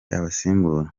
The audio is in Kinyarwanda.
abasimbura